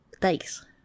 Thanks